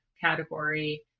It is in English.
category